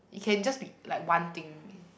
it can just be like one thing